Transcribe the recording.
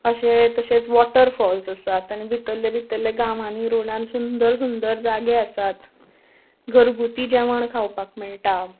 अशे तशेंच वॉटरफॉल्स आसात आनी भितरले भितरले गांवांनी रोडान सुंदर सुंदर जागे आसात घरगुती जेवण खावपाक मेळटा